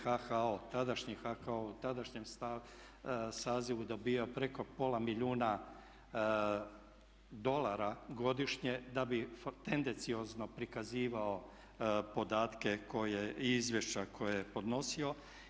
HHO, tadašnji HHO u tadašnjem sazivu dobivao preko pola milijuna dolara godišnje da bi tendenciozno prikazivao podatke i izvješća koja je podnosio.